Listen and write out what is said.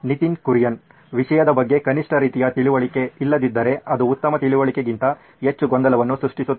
ನಿತಿನ್ ಕುರಿಯನ್ ವಿಷಯದ ಬಗ್ಗೆ ಕನಿಷ್ಠ ರೀತಿಯ ತಿಳುವಳಿಕೆ ಇಲ್ಲದಿದ್ದರೆ ಅದು ಉತ್ತಮ ತಿಳುವಳಿಕೆಗಿಂತ ಹೆಚ್ಚು ಗೊಂದಲವನ್ನು ಸೃಷ್ಟಿಸುತ್ತದೆ